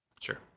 sure